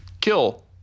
kill